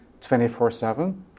24-7